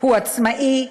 הוא עצמאי,